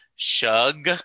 Shug